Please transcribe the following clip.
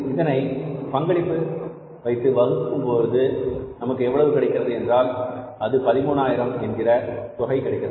இதனை பங்களிப்புடன் வகுத்து பார்க்கும்போது நமக்கு எவ்வளவு கிடைக்கிறது என்றால் அது 13000 என்ற தொகை கிடைக்கிறது